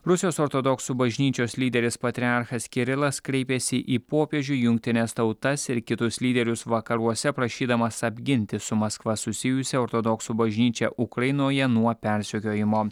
rusijos ortodoksų bažnyčios lyderis patriarchas kirilas kreipėsi į popiežių jungtines tautas ir kitus lyderius vakaruose prašydamas apginti su maskva susijusią ortodoksų bažnyčią ukrainoje nuo persekiojimo